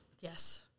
Yes